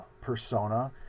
persona